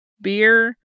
beer